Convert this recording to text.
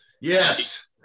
Yes